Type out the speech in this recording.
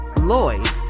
Lloyd